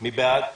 מי בעד?